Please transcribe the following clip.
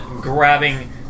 grabbing